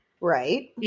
Right